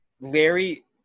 Larry